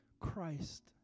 Christ